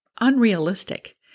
unrealistic